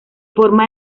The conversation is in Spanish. forma